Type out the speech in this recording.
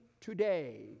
today